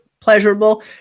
pleasurable